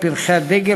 "פרחי הדגל",